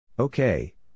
Okay